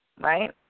Right